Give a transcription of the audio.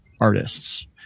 artists